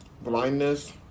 blindness